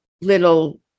little